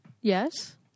Yes